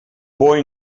boy